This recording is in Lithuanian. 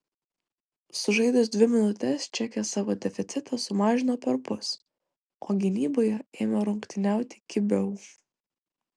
sužaidus dvi minutes čekės savo deficitą sumažino perpus o gynyboje ėmė rungtyniauti kibiau